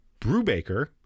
Brubaker